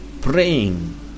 Praying